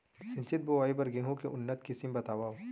सिंचित बोआई बर गेहूँ के उन्नत किसिम बतावव?